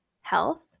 health